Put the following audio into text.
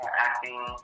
acting